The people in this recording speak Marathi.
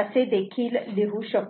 असे देखील लिहू शकतो